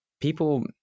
people